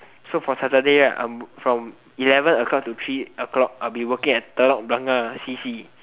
so for saturday I'm from eleven o-clock to three o-clock I'll be working at Telok-Blangah c_c